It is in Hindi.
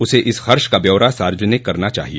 उसे इस खर्च का ब्यौरा सार्वजनिक करना चाहिए